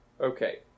Okay